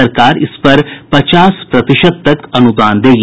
सरकार इस पर पचास प्रतिशत तक अनुदान देगी